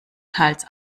teils